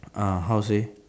uh how to say